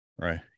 right